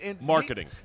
Marketing